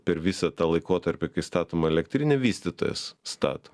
per visą tą laikotarpį kai statoma elektrinė vystytojas stato